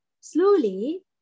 slowly